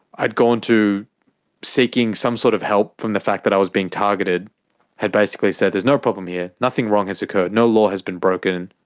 i'd gone to seeking some sort of help from the fact that i was being targeted had basically said there's no problem here, nothing wrong has occurred. no law has been broken.